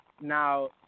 Now